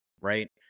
right